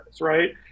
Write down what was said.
right